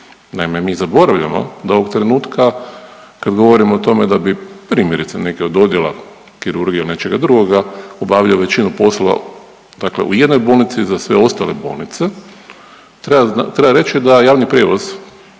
Naime, mi zaboravljamo da ovog trenutka kad govorimo o tome da bi primjerice neki od odjela kirurgije ili nečega drugoga obavljaju većinu poslova dakle u jednoj bolnici za sve ostale bolnice, treba reći da javni prijevoz